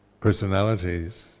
personalities